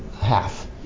half